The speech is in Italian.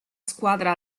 squadra